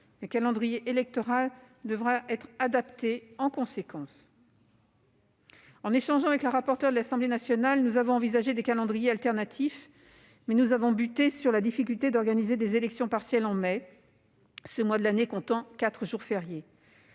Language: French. Le calendrier électoral devra être adapté en conséquence. Lors de nos échanges avec la rapporteure de l'Assemblée nationale, nous avons envisagé des calendriers alternatifs, mais nous avons buté sur la difficulté d'organiser des élections partielles en mai, ce mois de l'année comptant quatre jours fériés.